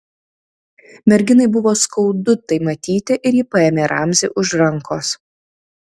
merginai buvo skaudu tai matyti ir ji paėmė ramzį už rankos